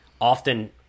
often